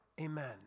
Amen